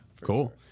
cool